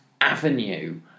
avenue